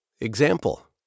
Example